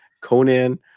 Conan